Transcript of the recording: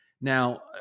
Now